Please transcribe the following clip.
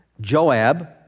Joab